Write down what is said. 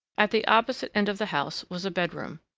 at the opposite end of the house was a bedroom.